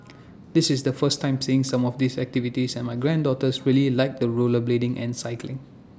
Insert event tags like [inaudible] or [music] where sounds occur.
[noise] this is the first time seeing some of these activities and my granddaughters really liked the rollerblading and cycling